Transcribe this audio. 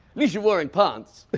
least you're wearing pants. but